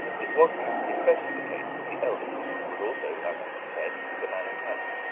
this was, perhaps, especially the case with the elder, who was also, as i have said, the man of talent.